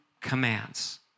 commands